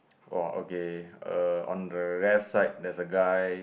orh okay err on the rest side there's a guy